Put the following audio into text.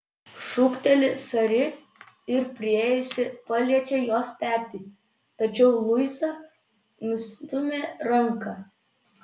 šūkteli sari ir priėjusi paliečia jos petį tačiau luiza nustumia ranką